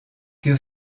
que